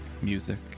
music